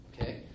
Okay